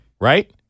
Right